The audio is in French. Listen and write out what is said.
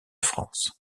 france